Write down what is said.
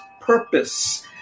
purpose